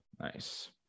nice